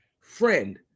friend